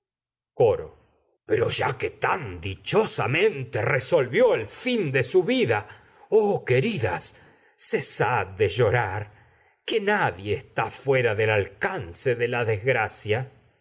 coro de pero tan dichosamente resolvió el fin su vida oh del queridas de cesad de llorar que nadie está fuera alcance la desgracia